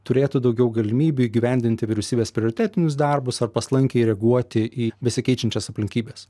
turėtų daugiau galimybių įgyvendinti vyriausybės prioritetinius darbus ar paslankiai reaguoti į besikeičiančias aplinkybes